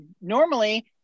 Normally